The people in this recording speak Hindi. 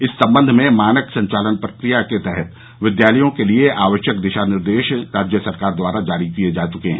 इस संबंध में मानक संचालन प्रक्रिया के तहत विद्यालयों के लिये आवश्यक दिशा निर्देश राज्य सरकार द्वारा जारी किये जा चुके हैं